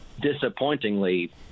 disappointingly